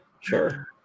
Sure